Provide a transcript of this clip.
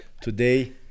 Today